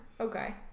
Okay